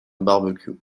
barbecue